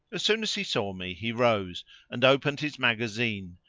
as soon as he saw me he rose and opened his magazine,